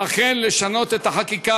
אכן לשנות את החקיקה,